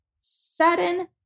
Sudden